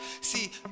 See